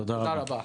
תודה רבה.